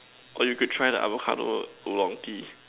or you could try the avocado oolong Tea